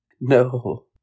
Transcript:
No